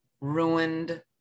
ruined